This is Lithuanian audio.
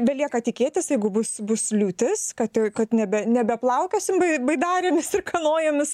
belieka tikėtis jeigu bus bus liūtis kad kad nebe nebeplaukiosim baidarėmis ir kanojomis